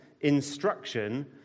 instruction